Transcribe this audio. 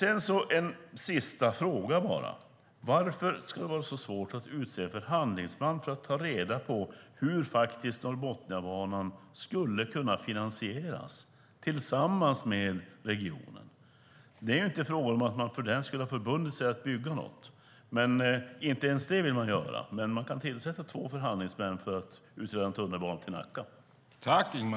En sista fråga: Varför ska det vara så svårt att utse en förhandlingsman för att ta reda på hur Norrbotniabanan skulle kunna finansieras tillsammans med regionen? Det är inte fråga om att man för den skull har förbundit sig att bygga något. Inte ens det vill man göra. Men man kan tillsätta två förhandlingsmän för att utreda en tunnelbana till Nacka.